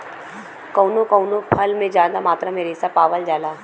कउनो कउनो फल में जादा मात्रा में रेसा पावल जाला